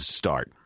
start